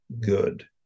good